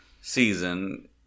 season